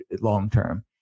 long-term